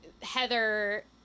Heather